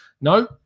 no